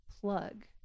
plug